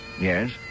Yes